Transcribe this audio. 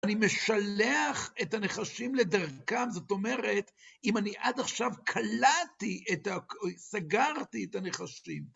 אני משלח את הנחשים לדרכם, זאת אומרת, אם אני עד עכשיו קלעתי, סגרתי את הנחשים...